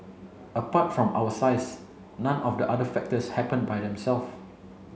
apart from our size none of the other factors happened by them self